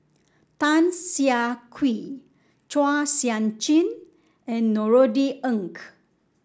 Tan Siah Kwee Chua Sian Chin and Norothy Ng